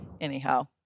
anyhow